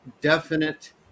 definite